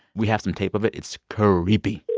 we have some tape of it. it's creepy